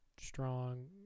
strong